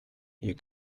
you